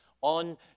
on